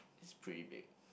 is pretty big